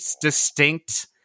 distinct